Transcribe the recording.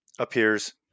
appears